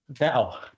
Now